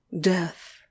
death